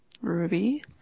Ruby